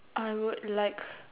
I would like